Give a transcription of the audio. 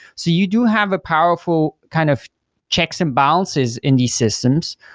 so you do have a powerful kind of checks and balances in these systems.